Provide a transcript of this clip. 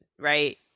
right